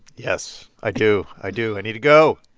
yes, i do. i do. i need to go